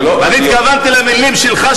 ואני התכוונתי למלים שלך,